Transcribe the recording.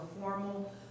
formal